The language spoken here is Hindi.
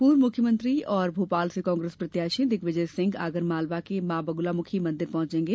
पूर्व मुख्यमंत्री और भोपाल से कांग्रेस प्रत्याशी दिग्विजय सिंह आगरमालवा के मां बगलामुखी मंदिर पहुंचेंगे